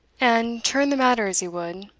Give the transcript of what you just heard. and, turn the matter as he would,